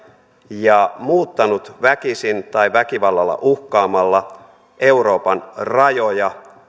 ja muuttanut väkisin tai väkivallalla uhkaamalla euroopan rajoja